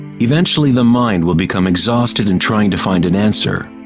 eventually the mind will become exhausted in trying to find an answer.